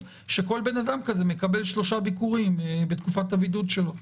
שכל בן-אדם כזה מקבל שלושה ביקורים בתקופת הבידוד שלו.